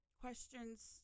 questions